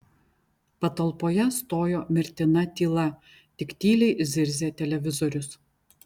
patalpoje stojo mirtina tyla tik tyliai zirzė televizorius